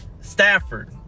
Stafford